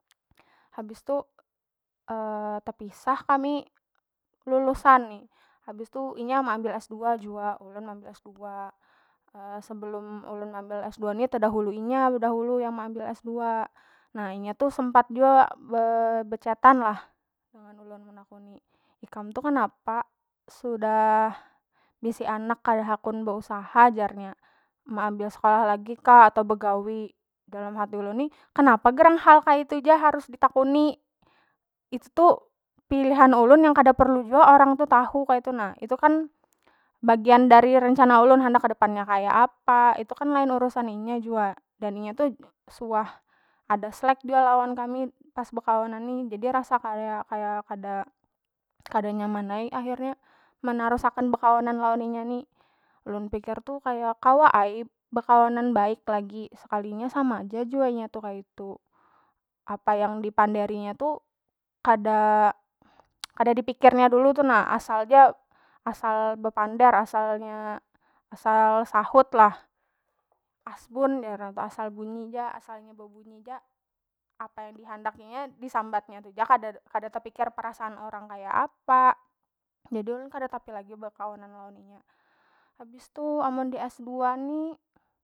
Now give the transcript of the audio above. Habis tu tepisah kami lulusan ni, inya meambil s2 jua ulun meambil s2 sebelum ulun meambil s2 ni tedahulu inya bedahulu yang meambil s2 nah inya tu sempat jua be- bechatan lah lawan ulun menakuni ikam tu kenapa sudah bisi anak kada hakun beusaha jarnya meambil sekolah lagi kah atau begawi dalam hati ulun ni kenapa gerang hal kaya itu ja harus ditakuni itu tu pilihan ulun yang kada perlu jua orang tu tahu kaitu na, itu kan bagian dari rencana ulun handak kedepannya kaya apa itu kan lain urusan inya jua dan inya tu suah ada slek jua lawan kami pas bekawanan ni jadi rasa kaya- kaya kada nyaman ai akhirnya menarus akan bekawanan lawan inya ni ulun pikir tu kawa ai bekawanan baik lagi sekalinya sama ja jua inya tu kaitu apa yang dipanderinya tu kada- kada dipikirnya dulu tu na asal ja asal bepander asal sahut lah asbun jar nya tu asal bunyi ja asal nya bebunyi ja apa yang dihandaki nya disambat nya tu ja kada- kada tepikir perasaan orang kaya apa jadi ulun kada tapi lagi bekawanan lawan inya habis tu mun di s2 ni.